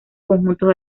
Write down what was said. conjuntos